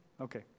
Okay